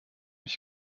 ich